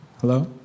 Hello